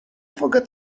forget